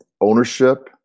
Ownership